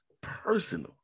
personal